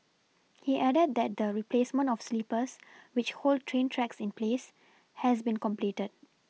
he added that the replacement of sleepers which hold train tracks in place has been completed